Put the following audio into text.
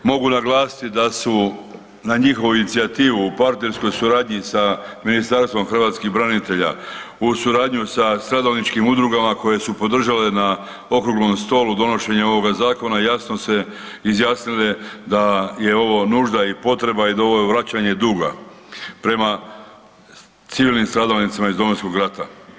Mogu naglasiti da su na njihovu inicijativu u partnerskoj suradnji sa Ministarstvom hrvatskih branitelja, u suradnji sa stradalničkim udrugama koje su podržale na okruglom stolu donošenje ovoga zakona, jasno se izjasnile da je ovo nužna i potreba i da je ovo vraćanje duga prema civilnim stradalnicima iz Domovinskog rata.